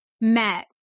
met